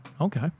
Okay